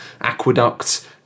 aqueducts